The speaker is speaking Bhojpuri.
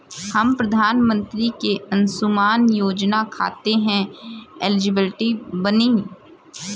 हम प्रधानमंत्री के अंशुमान योजना खाते हैं एलिजिबल बनी?